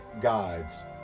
guides